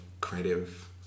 creative